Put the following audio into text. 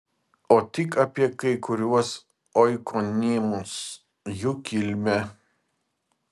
o tik apie kai kuriuos oikonimus jų kilmę